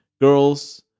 girls